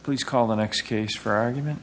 please call the next case for argument